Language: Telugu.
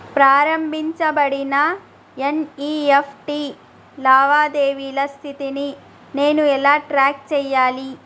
ప్రారంభించబడిన ఎన్.ఇ.ఎఫ్.టి లావాదేవీల స్థితిని నేను ఎలా ట్రాక్ చేయాలి?